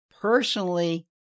personally